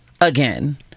again